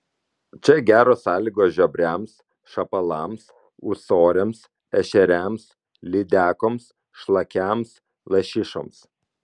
čia geros sąlygos žiobriams šapalams ūsoriams ešeriams lydekoms šlakiams lašišoms